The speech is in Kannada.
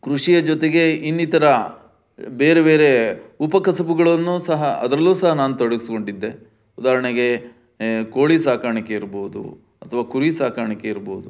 ಕೃಷಿಯ ಜೊತೆಗೆ ಇನ್ನಿತರ ಬೇರೆ ಬೇರೆ ಉಪ ಕಸುಬುಗಳನ್ನೂ ಸಹ ಅದರಲ್ಲೂ ಸಹ ನಾನು ತೊಡಗಿಸ್ಕೊಂಡಿದ್ದೆ ಉದಾಹರಣೆಗೆ ಕೋಳಿ ಸಾಕಾಣಿಕೆ ಇರ್ಬೋದು ಅಥವಾ ಕುರಿ ಸಾಕಾಣಿಕೆ ಇರ್ಬೋದು